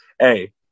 hey